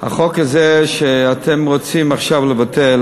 החוק הזה שאתם רוצים עכשיו לבטל